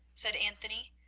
said anthony.